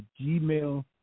Gmail